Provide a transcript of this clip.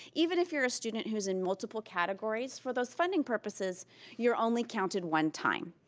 even if you're a student who's in multiple categories, for those funding purposes you're only counted one time.